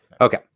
Okay